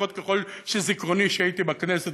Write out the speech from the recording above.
לפחות ככל שאני זוכר מכשהייתי בכנסת,